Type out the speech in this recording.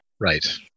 Right